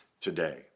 today